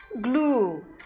glue